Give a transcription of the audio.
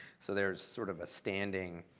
so there's sort of a standing